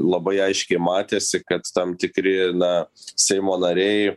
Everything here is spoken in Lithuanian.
labai aiškiai matėsi kad tam tikri na seimo nariai